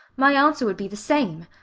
my answer would be the same.